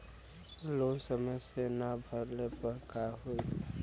Loan समय से ना भरले पर का होयी?